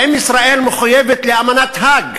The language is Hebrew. האם ישראל מחויבת לאמנת האג,